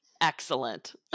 Excellent